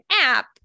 app